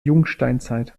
jungsteinzeit